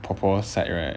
婆婆 side right